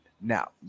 Now